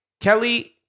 Kelly